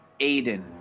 Aiden